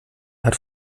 hat